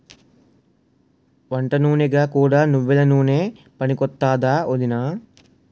వంటనూనెగా కూడా నువ్వెల నూనె పనికొత్తాదా ఒదినా?